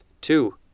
two